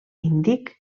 índic